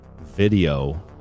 video